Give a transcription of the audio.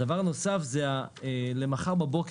הדבר הנוסף זה למחר בבוקר.